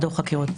מדור חקירות.